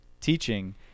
teaching